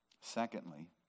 Secondly